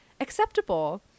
acceptable